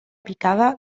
picada